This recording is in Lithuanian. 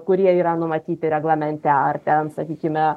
kurie yra numatyti reglamente ar ten sakykime